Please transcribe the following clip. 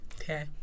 Okay